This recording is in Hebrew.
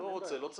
לא רוצה לא צריך.